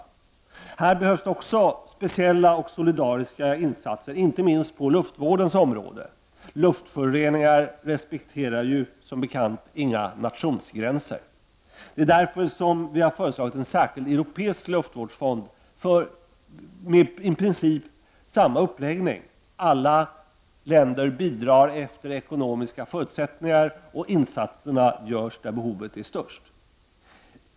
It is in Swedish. Även här behövs speciella och solidariska insatser, inte minst på luftvårdens område. Luftföroreningar respekterar som bekant inga nationsgränser. Därför har vi föreslagit en särskild europeisk luftvårdsfond med i princip samma uppläggning. Alla länder skall bidra efter ekonomiska förutsättningar, och insatserna görs behoven är störst.